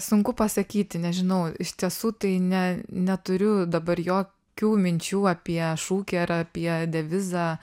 sunku pasakyti nežinau iš tiesų tai ne neturiu dabar jokių minčių apie šūkį ar apie devizą